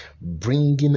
bringing